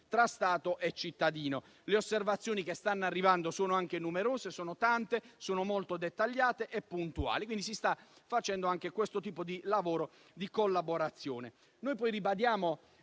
tra Stato e cittadino. Le osservazioni che stanno arrivando sono numerose, molto dettagliate e puntuali, quindi si sta facendo anche questo tipo di lavoro di collaborazione.